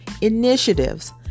initiatives